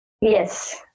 Yes